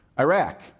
Iraq